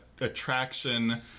attraction